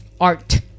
Art